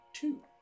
two